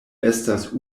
estas